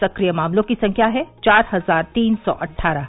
सक्रिय मामलों की संख्या है चार हजार तीन सौ अट्ठारह